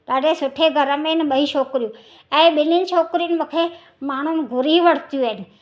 ॾाढे सुठे घर में न ॿई छोकिरियूं ऐं ॿिन्हनि छोकिरियूं मूंखे माण्हुनि घुरी वरतियूं आहिनि